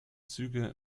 züge